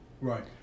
Right